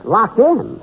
Locked-in